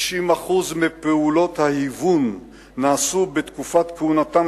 90% מפעולות ההיוון נעשו בתקופת כהונתם